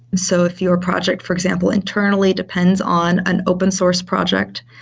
so if your project, for example, internally depends on on open source project.